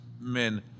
men